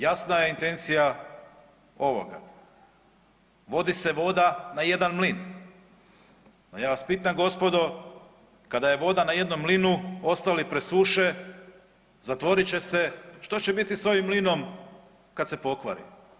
Jasna je intencija ovoga, vodi se voda na jedan mlin, a ja vas pitam gospodo kada je voda na jednom mlinu, ostali presuše, zatvorit će se, što će biti s ovim mlinom kad se pokvari?